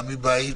גם מבית